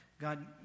God